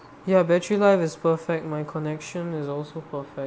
ya battery life is perfect my connection is also perfect